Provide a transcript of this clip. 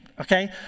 Okay